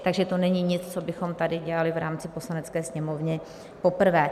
Takže to není nic, co bychom tady dělali v rámci Poslanecké sněmovny poprvé.